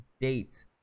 date